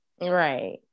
right